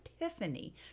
epiphany